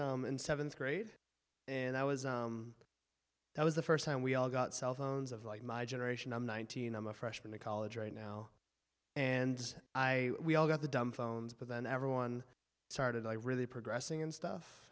was in seventh grade and i was that was the first time we all got cell phones of like my generation i'm nineteen i'm a freshman in college right now and i we all got the dumb phones but then everyone started i really progressing and stuff